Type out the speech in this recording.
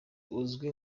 uzwi